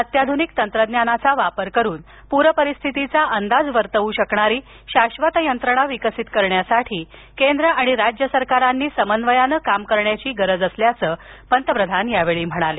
अत्याधुनिक तंत्रज्ञानाचा वापर करून पूर परिस्थितीचा अंदाज वर्तवू शकणारी शाश्वत यंत्रणा विकसित करण्यासाठी केंद्र आणि राज्य सरकारांनी समन्वयानं काम करण्याची गरज असल्याचं पंतप्रधान यावेळी म्हणाले